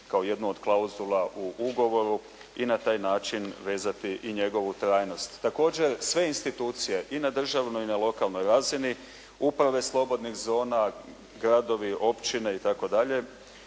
kao jednu od klauzula u ugovoru i na taj način vezati i njegovu trajnost. Također sve institucije i na državnoj i na lokalnoj razini, uprave slobodnih zona, gradovi, općine i